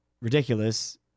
ridiculous